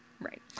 Right